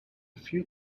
few